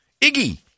Iggy